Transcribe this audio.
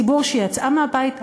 ציבור שיצאה מהבית,